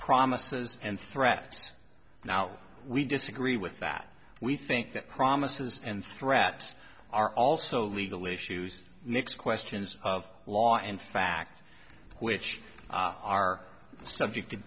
promises and threats now we disagree with that we think that promises and threats are also legal issues nics questions of law and fact which are subject